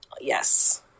Yes